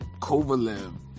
Kovalev